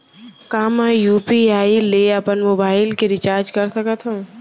का मैं यू.पी.आई ले अपन मोबाइल के रिचार्ज कर सकथव?